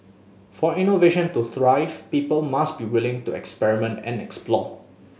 for innovation to thrive people must be willing to experiment and explore